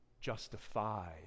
justified